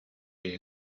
киһи